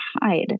hide